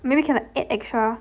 maybe cannot add extra